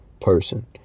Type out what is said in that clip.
person